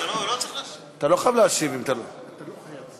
לא צריך, אתה לא חייב להשיב, אם אתה, אתה לא חייב.